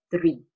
three